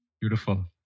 Beautiful